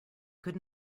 could